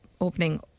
opening